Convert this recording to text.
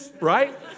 right